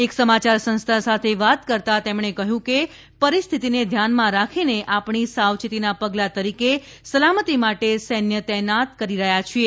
એક સમાચાર સંસ્થા સાથે વાત કરતા તેમણે કહ્યું કે પરિસ્થિતિને ધ્યાનમાં રાખીને આપણી સાવચેતીના પગલા તરીકે સલામતી માટે સૈન્ય તૈનાત કરી રહ્યા છીએ